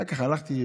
אחר כך הלכתי,